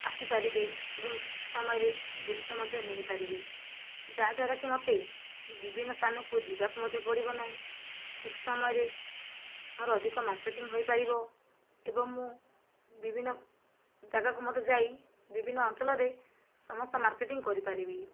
ଆସିପାରିବେ ଏବଂ ଠିକ୍ ସମୟରେ ଜିନିଷ ମଧ୍ୟ ନେଇପାରିବେ ଯାହାଦ୍ୱାରାକି ମୋତେ ବିଭିନ୍ନ ସ୍ଥାନକୁ ଯିବାକୁ ମଧ୍ୟ ପଡ଼ିବ ନାହିଁ ଠିକ୍ ସମୟରେ ମୋ'ର ଅଧିକ ମାର୍କେଟିଙ୍ଗ ହୋଇପାରିବ ଏବଂ ମୁଁ ବିଭିନ୍ନ ଜାଗାକୁ ମଧ୍ୟ ଯାଇ ବିଭିନ୍ନ ଅଞ୍ଚଳରେ ସମସ୍ତ ମାର୍କେଟିଙ୍ଗ କରିପାରିବି